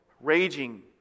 raging